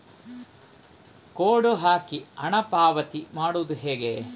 Code ಹಾಕಿ ಹಣ ಪಾವತಿ ಮಾಡೋದು ಹೇಗೆ?